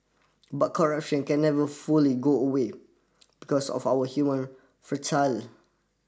but corruption can never fully go away because of our human